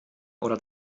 oder